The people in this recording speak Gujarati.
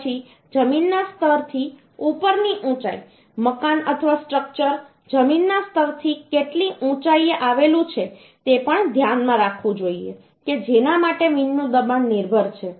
પછી જમીનના સ્તરથી ઉપરની ઊંચાઈ મકાન અથવા સ્ટ્રક્ચર જમીનના સ્તરથી કેટલી ઊંચાઈએ આવેલું છે તે પણ ધ્યાનમાં રાખવું જોઈએ કે જેના માટે વિન્ડનું દબાણ નિર્ભર છે